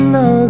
no